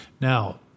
Now